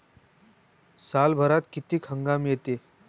सालभरात किती हंगाम येते?